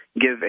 give